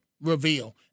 reveal